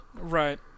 Right